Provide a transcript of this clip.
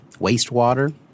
wastewater